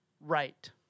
right